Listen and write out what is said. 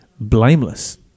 blameless